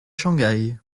shanghai